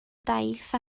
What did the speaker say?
daith